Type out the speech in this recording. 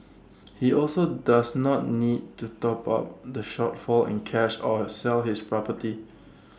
he also does not need to top up the shortfall in cash or sell his property